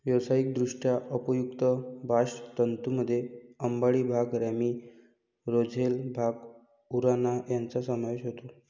व्यावसायिकदृष्ट्या उपयुक्त बास्ट तंतूंमध्ये अंबाडी, भांग, रॅमी, रोझेल, भांग, उराणा यांचा समावेश होतो